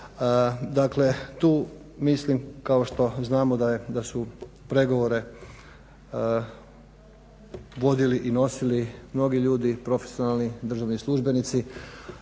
Dakle tu mislim kao što znamo da su pregovore vodili i nosili mnogi ljudi profesionalni, državni službenici,